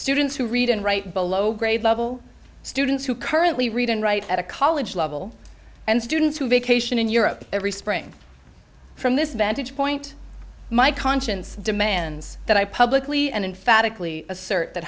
students who read and write below grade level students who currently read and write at a college level and students who vacation in europe every spring from this vantage point my conscience demands that i publicly and phatic lee assert that